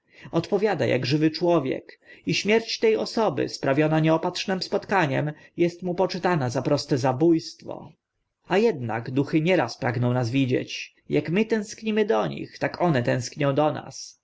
odpowiada ak żywy człowiek i śmierć te osoby sprawiona nieopatrznym spotkaniem est mu poczytana za proste zabójstwo a ednak duchy nieraz pragną nas widzieć jak my tęsknimy do nich tak one tęsknią do nas